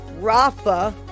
Rafa